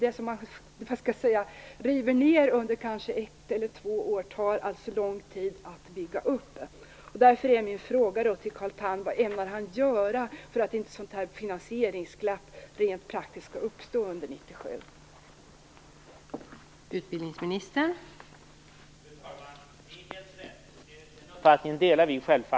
Det som man river ned under ett eller två år tar det lång tid att bygga upp. Därför är min fråga till Carl Tham: Vad ämnar Carl Tham göra för att ett sådant här finansieringsglapp rent praktiskt inte skall uppstå under 1997?